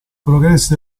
progressi